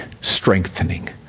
strengthening